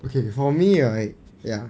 okay for me right ya